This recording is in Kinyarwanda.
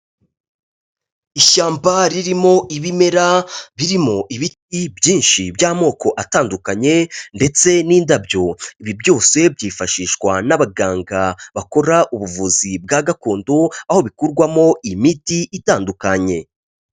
Ishyamba ririmo ibimera birimo ibiti byinshi by'amoko atandukanye ndetse n'indabyo, ibi byose byifashishwa n'abaganga bakora ubuvuzi bwa gakondo aho bikorwarwamo imiti itandukanye.